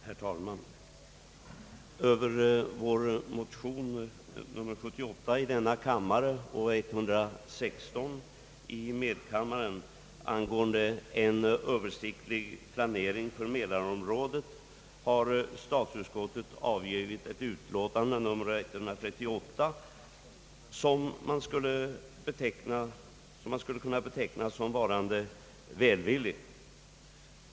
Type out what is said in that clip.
Herr talman! För våra motioner nr I: 78 och II: 116 angående en översiktlig planering för mälarområdet har statsutskottet avgivit ett utlåtande, nr 138, som man skulle kunna beteckna som välvilligt.